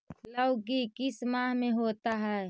लव की किस माह में होता है?